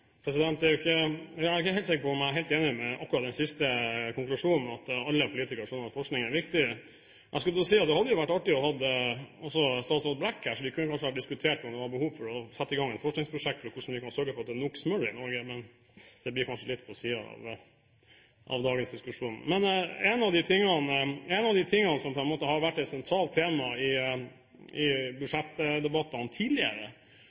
Jeg er ikke helt sikker på om jeg er helt enig i akkurat den konklusjonen, at alle politikere skjønner at forskning er viktig. Jeg skulle til å si at det hadde jo vært artig også å ha hatt statsråd Brekk her, slik at vi kanskje kunne ha diskutert om det var behov for å sette i gang et forskningsprosjekt for hvordan vi kan sørge for at det er nok smør i Norge – men det blir kanskje litt på siden av dagens diskusjon. Noe av det som har vært et sentralt tema i budsjettdebattene tidligere, er prosjektering av et nytt isgående fartøy. Da er spørsmålet mitt, fordi omtalen i